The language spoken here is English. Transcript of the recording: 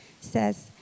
says